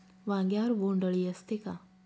वांग्यावर बोंडअळी असते का?